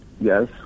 yes